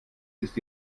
ist